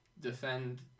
defend